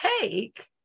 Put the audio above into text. take